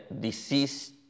deceased